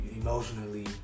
emotionally